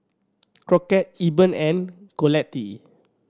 Crockett Eben and Colette